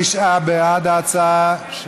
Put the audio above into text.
39 בעד ההצעה של